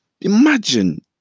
imagine